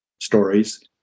stories